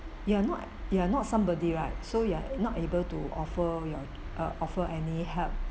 you are not you are not somebody right so you're not able to offer your err offer any help